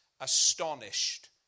astonished